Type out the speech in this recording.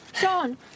John